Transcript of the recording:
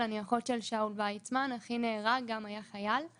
אני כרגע לא מדבר בכלל על השאלה אם הוא היה חייל או לא חייל,